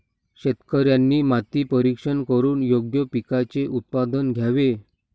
शेतकऱ्यांनी माती परीक्षण करून योग्य पिकांचे उत्पादन घ्यावे